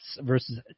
versus